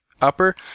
upper